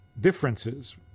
differences